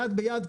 יד ביד,